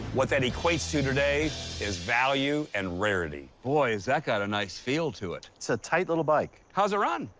what that equates to today is value and rarity. boy, has that got a nice feel to it. it's a tight little bike. how's it run?